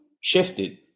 shifted